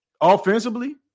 offensively